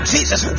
Jesus